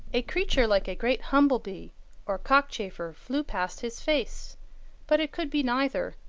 a creature like a great humble-bee or cockchafer flew past his face but it could be neither,